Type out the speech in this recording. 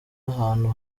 ahantu